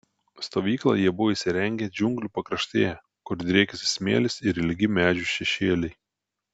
stovyklą jie buvo įsirengę džiunglių pakraštyje kur driekėsi smėlis ir ilgi medžių šešėliai